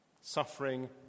Suffering